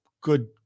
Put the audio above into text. good